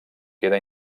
queda